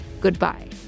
goodbye